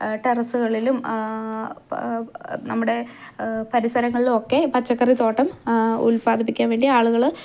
ടെറസ്സുകളിലും നമ്മുടെ പരിസരങ്ങളിലും ഒക്കെ പച്ചക്കറിത്തോട്ടം ഉല്പാദിപ്പിക്കാൻവേണ്ടി ആളുകൾ